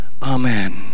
Amen